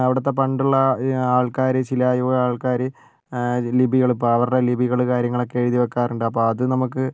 അവിടുത്തെ പണ്ടുളള ആൾ ആൾക്കാർ ശിലായുഗ ആൾക്കാർ ലിപികൾ അവരുടെ ലിപികൾ കാര്യങ്ങളൊക്കെ എഴുതി വെക്കാറുണ്ട് അപ്പോൾ അത് നമുക്ക്